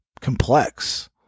complex